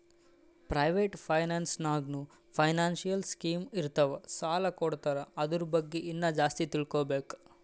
private finance ನಾಗ್ನೂ financial scheme ಇರ್ತಾವ್ ಸಾಲ ಕೊಡ್ತಾರ ಅದುರ್ ಬಗ್ಗೆ ಇನ್ನಾ ಜಾಸ್ತಿ ತಿಳ್ಕೋಬೇಕು